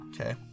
Okay